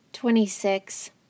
Twenty-six